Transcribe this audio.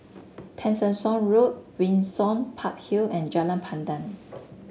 Tessensohn Road Windsor Park Hill and Jalan Pandan